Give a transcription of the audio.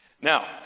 now